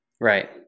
Right